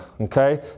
Okay